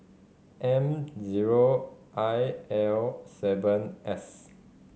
M zero I L seven S